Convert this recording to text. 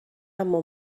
اما